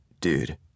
Dude